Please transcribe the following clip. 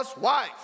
wife